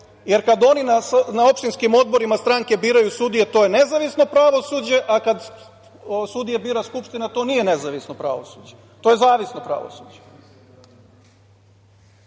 jer kada oni na opštinskim odborima stranke biraju sudije, to je nezavisno pravosuđe, a kada sudije bira Skupština, to nije nezavisno pravosuđe, to je zavisno. Na samom